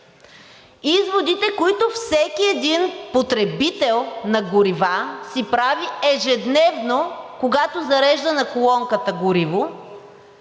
изводите, които всеки един потребител на горива си прави ежедневно, когато зарежда на колонката гориво,